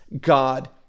God